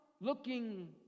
looking